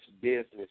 business